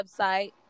Website